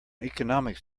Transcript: economics